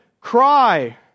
cry